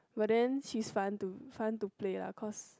but then she's fun to fun to play lah cause